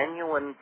genuine